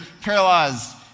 paralyzed